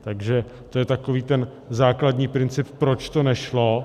Takže to je takový ten základní princip, proč to nešlo.